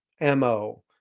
MO